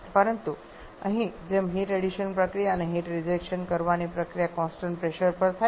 પરંતુ અહીં જેમ હીટ એડિશન પ્રક્રિયા અને હીટ રિજેક્શન કરવાની પ્રક્રિયા કોન્સટંટ પ્રેશર પર થાય છે